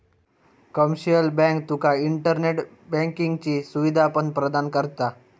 commercial bank तुका internet बँकिंगची सुवीधा पण प्रदान करता